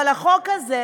אבל החוק הזה,